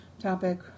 Topic